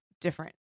different